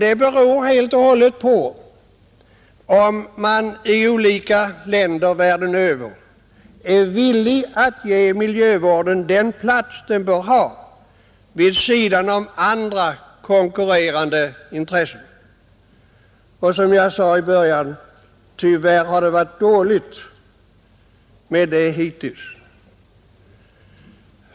Det beror helt på om man i olika länder världen över är villig att ge miljövården den plats den bör ha vid sidan om konkurrerande intressen. Som jag sade i början har det tyvärr varit dåligt med detta hittills.